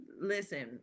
listen